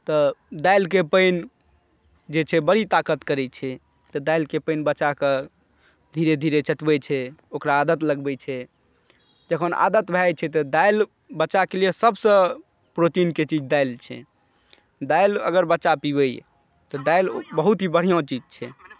तऽ दालिकें पानि जे छै बड़ी ताकत करैत छै तऽ दालिकें पानि बच्चाकऽ धीरे धीरे चटबैत छै ओकरा आदत लगबैत छै जखन आदत भै जाइत छै तऽ दालि बच्चाकेँ लिए सभसँ प्रोटीनके लेल दालि छै दालि अगर बच्चा पीबय तऽ दालि बहुत ही बढ़िआँ चीज छै